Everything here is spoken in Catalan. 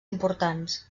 importants